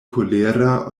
kolera